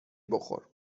بخور